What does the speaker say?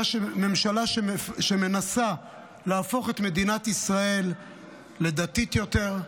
ממשלה שמנסה להפוך את מדינת ישראל לדתית יותר,